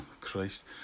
Christ